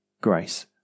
grace